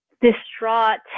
distraught